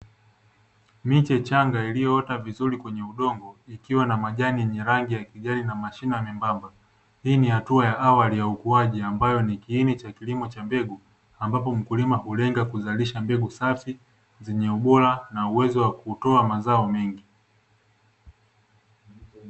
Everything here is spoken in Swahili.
Miche changa iliyoota vizuri kwenye udongo ikiwa na majani yenye rangi ya kijani na mashina membamba. Hii ni hatua ya awali ya ukuaji ambayo ni kiini cha kilimo cha mbegu ambapo mkulima hulenga kuzalisha mbegu safi, zenye ubora na uwezo wa kutoa mazao mengi.